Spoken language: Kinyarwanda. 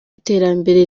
iterambere